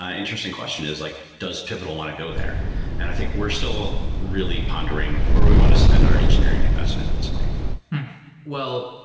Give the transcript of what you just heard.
ah interesting question is like does pivotal want to go there and i think we're still really pondering where we want to spend our engineering investment at this point well,